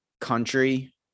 country